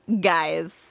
guys